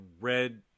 red